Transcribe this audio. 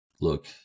look